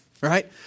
right